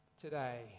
today